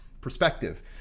perspective